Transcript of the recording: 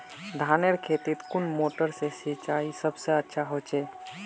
धानेर खेतोत कुन मोटर से सिंचाई सबसे अच्छा होचए?